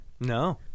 No